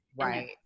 Right